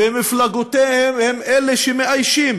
ומפלגותיהם, שמאיישים